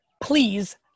please